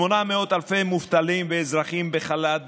800,000 מובטלים ואזרחים בחל"ת,